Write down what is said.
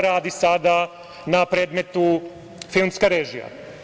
Radi sada na predmetu filmska režija.